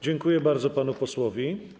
Dziękuję bardzo panu posłowi.